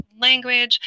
language